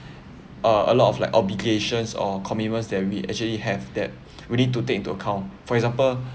uh a lot of like obligations or commitments that we actually have that we need to take into account for example